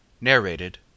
Narrated